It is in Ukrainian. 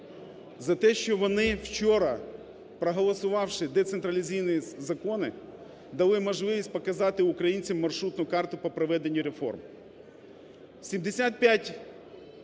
за те, що вони вчора, проголосувавши децентралізаційні закони, дали можливість показати українцям маршрутну карту по проведенню реформ.